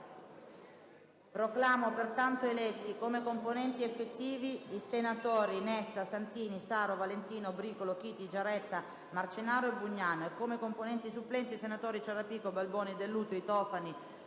Proclamo pertanto eletti come componenti effettivi i senatori: Nessa, Santini, Saro, Valentino, Bricolo, Chiti, Giaretta, Marcenaro, Bugnano; e come componenti supplenti i senatori: Ciarrapico, Balboni, Dell'Utri, Tofani,